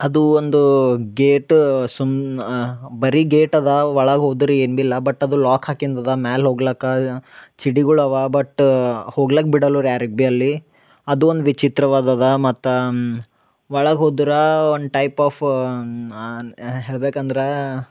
ಅದು ಒಂದು ಗೇಟು ಸುಮ್ ಬರೀ ಗೇಟ್ ಅದಾ ಒಳಗೆ ಹೋದ್ರೆ ಏನು ಬಿ ಇಲ್ಲ ಬಟ್ ಅದು ಲಾಕ್ ಹಾಕಿಂದು ಅದ ಮ್ಯಾಲ ಹೋಗ್ಲಕ್ಕ ಚಿಡಿಗುಳ್ ಅವಾ ಬಟ್ ಹೋಗ್ಲಕ್ ಬಿಡಲುರ ಯಾರಿಗೆ ಬಿ ಅಲ್ಲಿ ಅದೊಂದು ವಿಚಿತ್ರವಾದ ಅದ ಮತ್ತು ಒಳಗೆ ಹೋದರ ಒಂದು ಟೈಪ್ ಆಫ್ ಹೇಳ್ಬೇಕು ಅಂದ್ರಾ